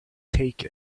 take